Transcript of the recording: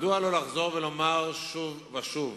מדוע לא לחזור ולומר שוב ושוב